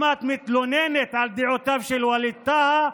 אם את מתלוננת על דעותיו של ווליד טאהא,